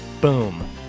Boom